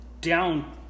down